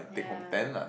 ya